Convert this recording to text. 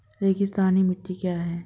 रेगिस्तानी मिट्टी क्या है?